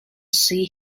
see